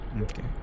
Okay